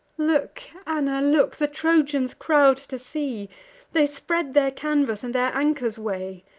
look, anna! look! the trojans crowd to sea they spread their canvas, and their anchors weigh.